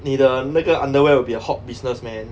你的那个 underwear will be a hot business man